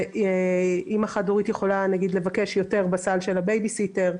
ואימא חד-הוריות יכולה לבקש יותר בסל של הבייביסיטר,